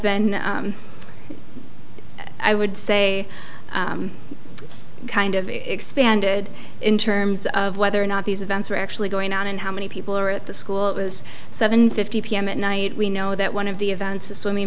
been i would say kind of expanded in terms of whether or not these events were actually going on and how many people are at the school it was seven fifty pm at night we know that one of the events a swimming